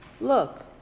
look